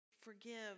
forgive